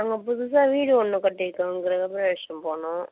நாங்கள் புதுசாக வீடு ஒன்று கட்டியிருக்கோம் கிரகப்பிரவேஷம் போகணும்